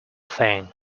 thing